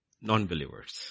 non-believers